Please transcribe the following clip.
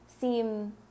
seem